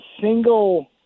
single